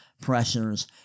pressures